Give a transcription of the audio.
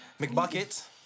McBucket